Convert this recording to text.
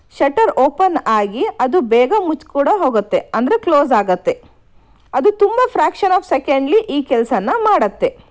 shutter open ಆಗಿ ಅದು ಬೇಗ ಮುಚ್ಚಿ ಕೂಡ ಹೋಗತ್ತೆ ಅಂದರೆ ಕ್ಲೋಸ್ ಆಗತ್ತೆ ಅದು ತುಂಬ ಫ್ರ್ಯಾಕ್ಷನ್ ಆಫ್ ಸೆಕೆಂಡಲ್ಲಿ ಈ ಕೆಲಸಾನ ಮಾಡತ್ತೆ